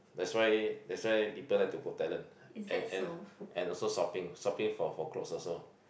that's why that's why people like to go Thailand and and and also shopping shopping for for clothes also